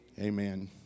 Amen